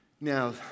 Now